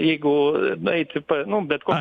jeigu nueiti nuo bet ko